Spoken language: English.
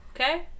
Okay